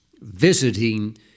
visiting